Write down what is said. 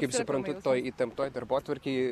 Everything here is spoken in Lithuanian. kaip suprantu toj įtemptoj darbotvarkėj